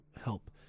help